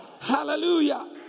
Hallelujah